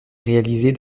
réalisés